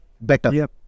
better